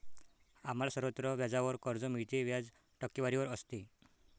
आम्हाला सर्वत्र व्याजावर कर्ज मिळते, व्याज टक्केवारीवर असते